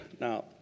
Now